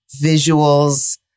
visuals